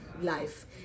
life